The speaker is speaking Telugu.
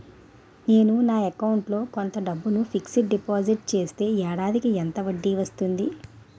నేను నా అకౌంట్ లో కొంత డబ్బును ఫిక్సడ్ డెపోసిట్ చేస్తే ఏడాదికి ఎంత వడ్డీ వస్తుంది?